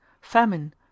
famine